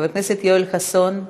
חבר הכנסת יואל חסון,